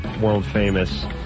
world-famous